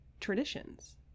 traditions